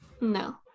No